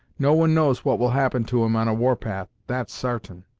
no one knows what will happen to him on a warpath, that's sartain.